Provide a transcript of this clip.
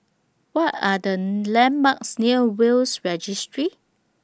What Are The landmarks near Will's Registry